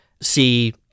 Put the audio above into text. see